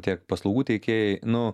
tiek paslaugų teikėjai nu